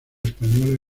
española